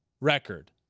record